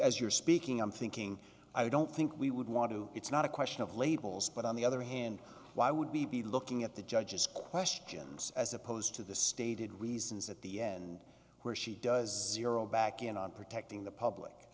as you're speaking i'm thinking i don't think we would want to it's not a question of labels but on the other hand why would we be looking at the judge's questions as opposed to the stated reasons at the end where she does you're all back in on protecting the public